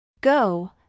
Go